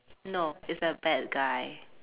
no it's a bad guy